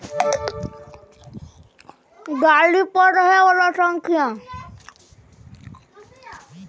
डाकघर मे सेहो निवेश कए सकैत छी